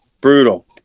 Brutal